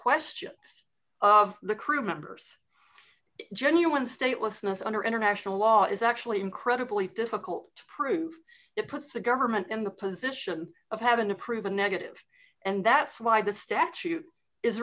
questions of the crew members genuine statelessness under international law is actually incredibly difficult to prove it puts the government in the position of having to prove a negative and that's why the statute is